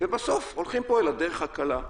ובסוף הולכים פה לדרך הקלה.